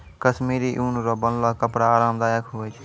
कश्मीरी ऊन रो बनलो कपड़ा आराम दायक हुवै छै